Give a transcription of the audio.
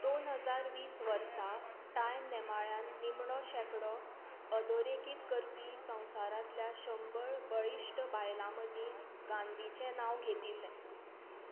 दोन हजार वीस वर्सां टायम नेमाळ्यान निमणो शेंकडो अधोरेखीत करपी संवसारांतल्या शंबर बळीश्ट बायलां मदीं गांधीचें नांव घेतिल्लें